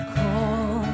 call